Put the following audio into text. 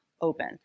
Open